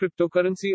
cryptocurrency